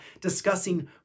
discussing